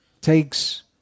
takes